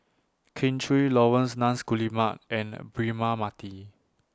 Kin Chui Laurence Nunns Guillemard and Braema Mathi